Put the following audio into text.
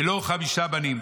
ולו חמישה בנים